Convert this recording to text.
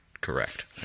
correct